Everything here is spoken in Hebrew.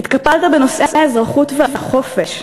התקפלת בנושאי האזרחות והחופש.